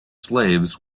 slaves